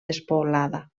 despoblada